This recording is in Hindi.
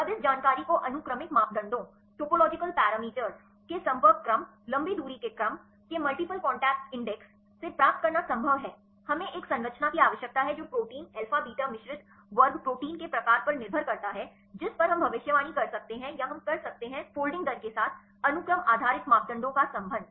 अब इस जानकारी को अनुक्रमिक मापदंडों के संपर्क क्रम लंबी दूरी के क्रम के मल्टीपल कॉन्टैक्ट इंडेक्स से प्राप्त करना संभव है हमें एक संरचना की आवश्यकता है जो प्रोटीन अल्फा बीटा मिश्रित वर्ग प्रोटीन के प्रकार पर निर्भर करता है जिस पर हम भविष्यवाणी कर सकते हैं या हम कर सकते हैं फोल्डिंग दर के साथ अनुक्रम आधारित मापदंडों का संबंध